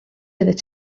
oeddet